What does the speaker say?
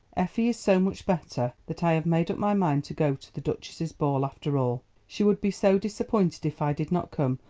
effie is so much better that i have made up my mind to go to the duchess's ball after all. she would be so disappointed if i did not come,